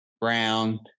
Brown